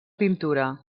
pintura